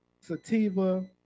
Sativa